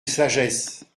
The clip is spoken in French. sagesse